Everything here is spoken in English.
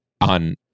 on